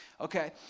okay